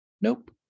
Nope